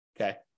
Okay